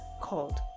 called